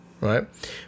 right